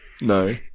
No